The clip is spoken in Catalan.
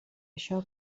això